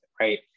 right